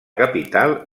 capital